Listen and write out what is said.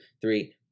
three